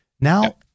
Now